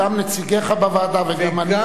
גם נציגך בוועדה וגם אנחנו,